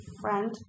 friend